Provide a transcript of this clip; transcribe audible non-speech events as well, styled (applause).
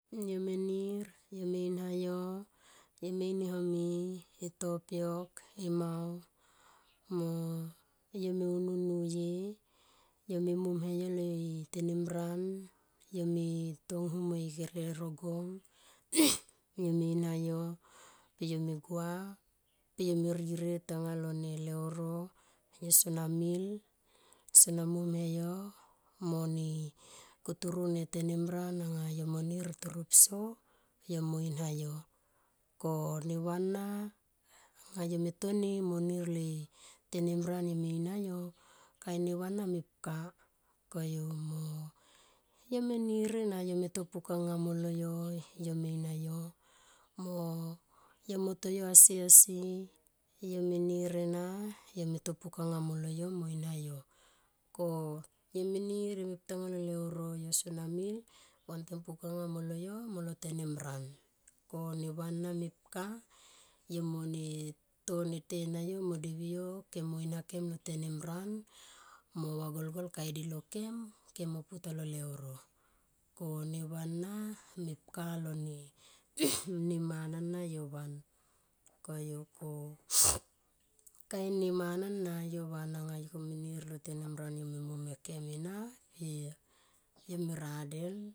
Yomenir yomeinhayo yomeinehome etopiok emau mo yo meunun nuye yome mom he ya le tenimran yome tonghum mahe rongong (noise) yomeinhayo yome gua yome rirye tanga lo leuto yo sona mil so na momheyo mo ne kotoro tenimran anga yomo nir a toro pso yomohina yo koneva nna anga yome toni mo nir le tenimran yo meinhayo kain neva anna mep ka koyu mo yo menir ena yo meto pukanga molol yo yo me inhayo mo yo mo toyo asiasi yomenirena yome to pukanga molol yo mo inhayo ko yome nir yome putalo leuro yo sona mil wantem puknga molol yo molo tenimran koneva ana mepka yo mone to tena yo mo devio kem mo inhakem lo tenimran mo vagolgol kaidi lo kem, kem mo putalo leuro ko neva nna mepka lone (noise) ne mana na yovan koyu ko (noise) kain ne mana na yovan anga yovan anga yo menir lo tenim nan anga yome momhe kome ena per yome radel.